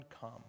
come